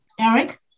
Eric